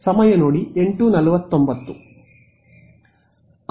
ವಿದ್ಯಾರ್ಥಿ ಸಮಯ ನೋಡಿ 0849